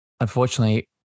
Unfortunately